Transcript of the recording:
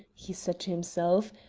he said to himself,